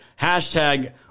hashtag